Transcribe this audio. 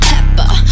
Pepper